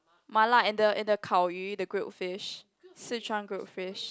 ma-la and the and the kao-yu the grilled fish Sichuan grilled fish